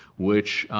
which,